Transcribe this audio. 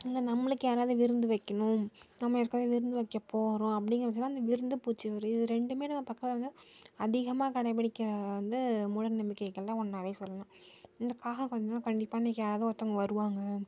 இல்லை நம்மளுக்கு யாராவது விருந்து வைக்கிணும் நம்ம யாருக்காவது விருந்து வைக்க போகிறோம் அப்படிங்கிற பட்சத்தில் அந்த விருந்து பூச்சி ஒரே இது ரெண்டுமே நம்ம பக்கம் வந்து அதிகமாக கடைப்பிடிக்கிற வந்து மூடநம்பிக்கைகளில் ஒன்னாகவே சொல்லலாம் இந்த காகம் கரஞ்சா கண்டிப்பாக இன்னிக்கு யாராவது ஒருத்தவங்க வருவாங்க